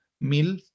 mil